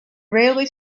railway